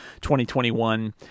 2021